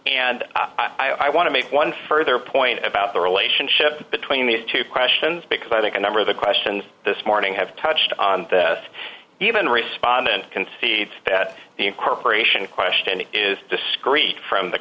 and i want to make one further point about the relationship between these two questions because i think a number of the questions this morning have touched on that even respondent concedes that the incorporation question is discrete from the